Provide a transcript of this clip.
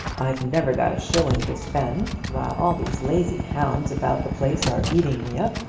i've never got a shilling to spend, while all these lazy hounds about the place are eating me up.